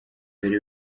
dore